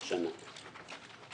שנה.